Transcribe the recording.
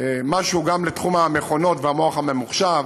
משהו גם לתחום המכונות והמוח הממוחשב,